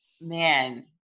man